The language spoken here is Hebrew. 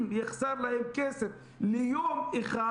אם יחסר להם כסף ליום אחד,